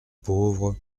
pauvre